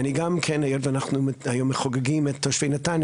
היות ואנחנו חוגגים עם תושבי נתניה,